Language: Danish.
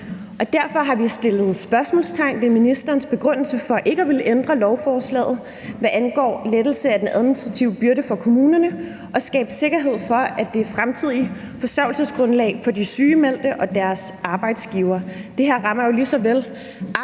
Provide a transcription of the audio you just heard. Derfor har vi sat spørgsmålstegn ved ministerens begrundelse for ikke at ville ændre lovforslaget, hvad angår lettelse af den administrative byrde for kommunerne, og skabe sikkerhed for det fremtidige forsørgelsesgrundlag for de sygemeldte og deres arbejdsgivere. Det her rammer jo lige så vel